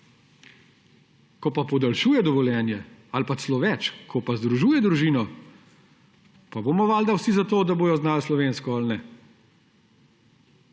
ko pa podaljšuje dovoljenje ali pa celo več, ko pa združuje družino, pa bomo valjda vsi za to, da bojo znal slovensko – ali ne?